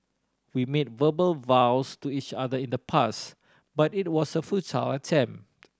we made verbal vows to each other in the past but it was a futile attempt